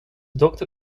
dokter